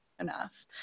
enough